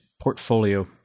portfolio